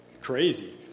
crazy